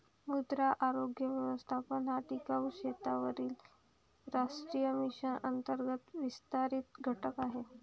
मृदा आरोग्य व्यवस्थापन हा टिकाऊ शेतीवरील राष्ट्रीय मिशन अंतर्गत विस्तारित घटक आहे